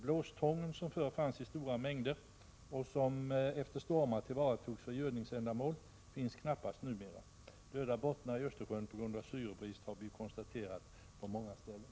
Blåstången, som förr fanns i stora mängder och som efter stormar tillvaratogs för gödningsändamål, finns knappast numera. Döda bottnar i Östersjön på grund av syrebrist har vi kunnat iaktta på många ställen.